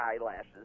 eyelashes